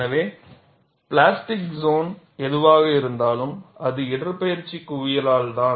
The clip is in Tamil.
எனவே பிளாஸ்டிக் சோன் எதுவாக இருந்தாலும் அது இடப்பெயர்ச்சி குவியாலால் தான்